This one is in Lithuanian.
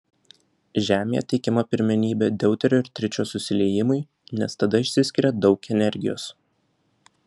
žemėje teikiama pirmenybė deuterio ir tričio susiliejimui nes tada išsiskiria daug energijos